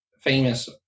famous